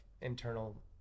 internal